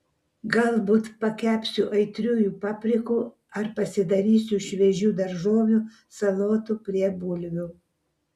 galbūt pakepsiu aitriųjų paprikų ar pasidarysiu šviežių daržovių salotų prie bulvių